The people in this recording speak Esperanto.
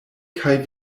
kaj